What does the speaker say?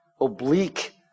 oblique